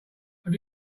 have